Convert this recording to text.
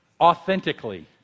authentically